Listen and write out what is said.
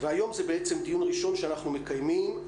והיום זה דיון ראשון שאנחנו מקיימים.